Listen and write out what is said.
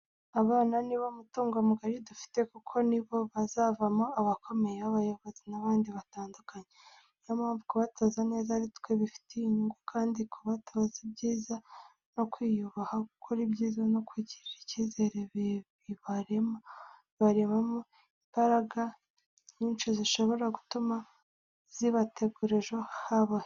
Abana ni bo mutungo mugari dufite kuko nibo bazavamo abakomeye, abayobozi n'abandi batandukanye. Ni yo mpamvu kubatoza neza ari twe bifitiye inyungu kandi kubatoza ibyiza no kwiyubaha gukora ibyiza no kwigirira icyizere bibarema mo imbaraga nyinshi zishobora gutuma zibategurira ejo habo heza.